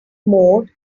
mode